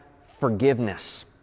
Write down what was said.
forgiveness